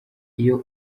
iyo